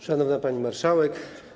Szanowna Pani Marszałek!